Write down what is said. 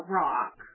rock